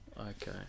Okay